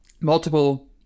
multiple